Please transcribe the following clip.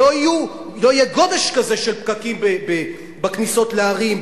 לא יהיה גודש כזה של פקקים בכניסות לערים,